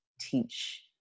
teach